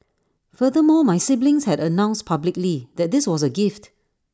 furthermore my siblings had announced publicly that this was A gift